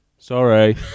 Sorry